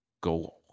go